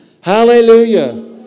Hallelujah